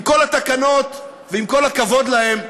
עם כל התקנות וכל הכבוד להן,